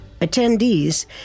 Attendees